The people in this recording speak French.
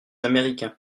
américain